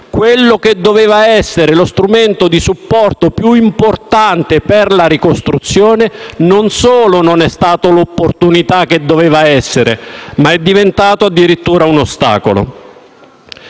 Quello che doveva essere lo strumento di supporto più importante per la ricostruzione non solo non è stato l'opportunità che doveva essere, ma è diventato addirittura un ostacolo.